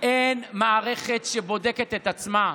אין מערכת שבודקת את עצמה.